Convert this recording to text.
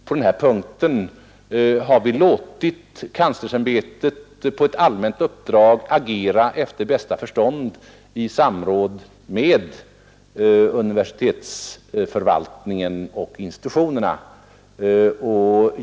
På den punkten har vi låtit kanslersämbetet på ett allmänt uppdrag agera efter bästa förstånd i samråd med universitetsförvaltningen och institutionerna.